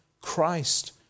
Christ